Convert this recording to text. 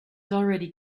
already